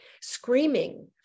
screaming